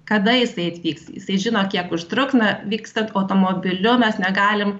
kada jisai atvyks jisai žino kiek užtruks na vykstant automobiliu mes negalim